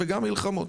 וגם מלחמות.